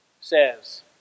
says